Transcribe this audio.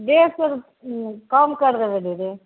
डेढ़ सए रुप कम करि देबै दीदी